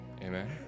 Amen